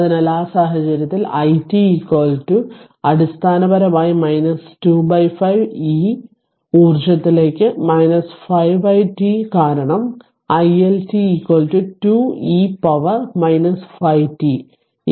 അതിനാൽ ആ സാഹചര്യത്തിൽ i t അടിസ്ഥാനപരമായി 25 e ഊർജ്ജത്തിലേക്ക് 5 t കാരണം i L t 2 e to power 5 t 0